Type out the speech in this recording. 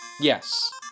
yes